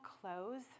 close